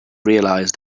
realize